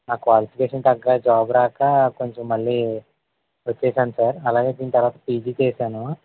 నా క్వాలిఫికేషన్ తగ్గ జాబ్ రాక కొంచెం మళ్ళీ వచ్చేసాను సార్ అలాగే దీని తరవాత పీజీ చేసాను